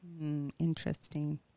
Interesting